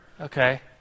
okay